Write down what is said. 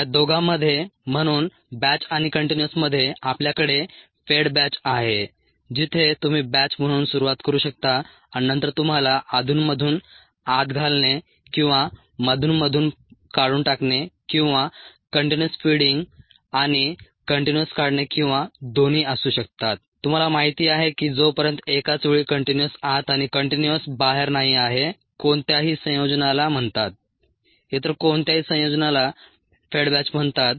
या दोघांमध्ये म्हणून बॅच आणि कंटीन्युअसमध्ये आपल्याकडे फेड बॅच आहे जिथे तुम्ही बॅच म्हणून सुरुवात करू शकता आणि नंतर तुम्हाला अधूनमधून आत घालणे किंवा मधूनमधून काढून टाकणे किंवा कंटीन्युअस फीडिंग आणि कंटीन्युअस काढणे किंवा दोन्ही असू शकतात तुम्हाला माहिती आहे की जोपर्यंत एकाच वेळी कंटीन्युअस आत आणि कंटीन्युअस बाहेर नाही आहे कोणत्याही संयोजनाला म्हणतात इतर कोणत्याही संयोजनाला फेड बॅच म्हणतात